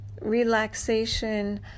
relaxation